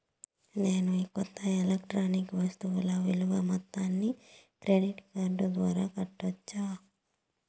నేను కొన్న ఎలక్ట్రానిక్ వస్తువుల విలువ మొత్తాన్ని క్రెడిట్ కార్డు ద్వారా కట్టొచ్చా?